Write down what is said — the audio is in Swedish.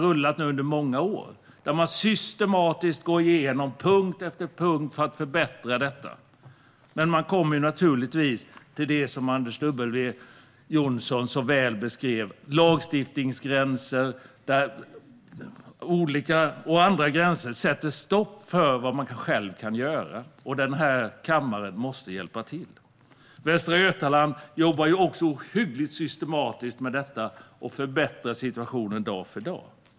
Man går systematiskt igenom punkt efter punkt för att förbättra situationen. Men man kommer naturligtvis till det som Anders W Jonsson så väl beskrev, till lagstiftningsgränser och andra gränser som sätter stopp för vad man själv kan göra. Här måste den här kammaren hjälpa till. I Västra Götaland jobbar man också ohyggligt systematiskt med detta, och läget förbättras dag för dag.